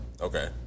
Okay